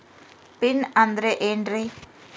Pin ಅಂದ್ರೆ ಏನ್ರಿ?